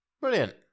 Brilliant